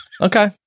Okay